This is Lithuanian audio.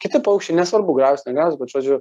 kiti paukščiai nesvarbu gražūs negražūs bet žodžiu